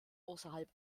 außerhalb